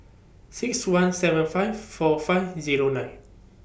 six one seven five four five Zero nine